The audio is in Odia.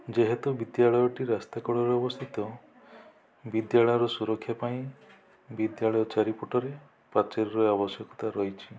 ଯେହେତୁ ବିଦ୍ୟାଳୟଟି ରାସ୍ତା କଡ଼ରେ ଅବସ୍ଥିତ ବିଦ୍ୟାଳୟର ସୁରକ୍ଷା ପାଇଁ ବିଦ୍ୟାଳୟ ଚାରିପଟରେ ପାଚେରୀର ଆବଶ୍ୟକତା ରହିଛି